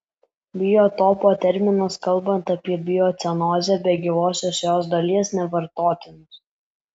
biotopo terminas kalbant apie biocenozę be gyvosios jos dalies nevartotinas